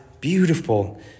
beautiful